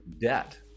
debt